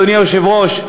אדוני היושב-ראש,